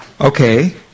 Okay